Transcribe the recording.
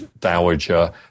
dowager